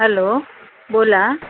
hello बोला